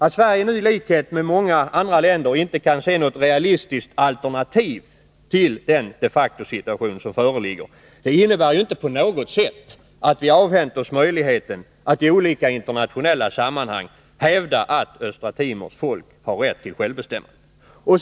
Att Sverige nu, i likhet med många andra länder, inte kan se något realistiskt alternativ till den de facto-situation som föreligger innebär inte på något sätt att vi avhänt oss möjligheten att i olika internationella sammanhang hävda att Östra Timors folk har rätt till självbestämmande.